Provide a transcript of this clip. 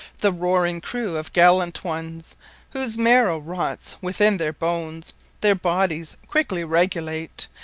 the roaring-crew of gallant-ones whose marrow rotts within their bones their bodyes quickly regulate,